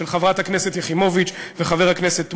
של חברת הכנסת יחימוביץ וחבר הכנסת מולה.